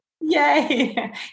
Yay